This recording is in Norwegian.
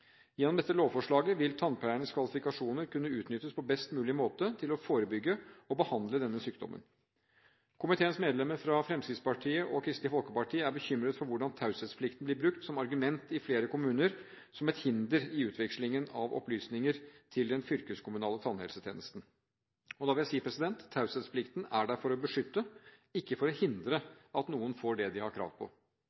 Gjennom dette lovforslaget vil tannpleiernes kvalifikasjoner kunne utnyttes på best mulig måte til å forebygge og behandle denne sykdommen. Komiteens medlemmer fra Fremskrittspartiet og Kristelig Folkeparti er bekymret for hvordan taushetsplikten blir brukt som argument i flere kommuner som et hinder i utveksling av opplysninger til den fylkeskommunale tannhelsetjenesten. Da vil jeg si: Taushetsplikten er der for å beskytte, ikke for å hindre